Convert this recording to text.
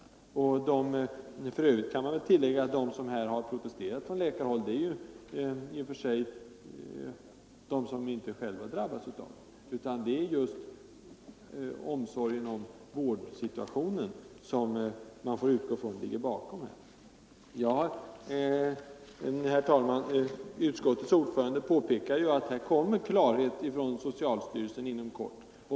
För övrigt kan man tillägga att de som har protesterat från läkarhåll inte bara är de som själva drabbas. Man får utgå ifrån att det är just omsorgen om vårdsituationen som ligger bakom. Herr talman! Utskottets ordförande påpekar att här får vi klarhet från socialstyrelsen inom kort.